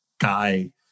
guy